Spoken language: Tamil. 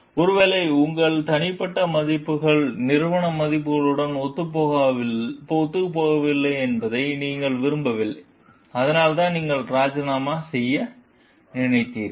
ஒருவேளை உங்கள் தனிப்பட்ட மதிப்புகள் நிறுவன மதிப்புகளுடன் ஒத்துப்போகவில்லை என்பதை நீங்கள் விரும்பவில்லை அதனால்தான் நீங்கள் ராஜினாமா செய்ய நினைத்தீர்கள்